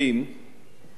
לא אנקוב בשמותיהם,